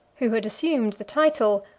who had assumed the title,